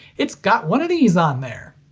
it's got one of these on there!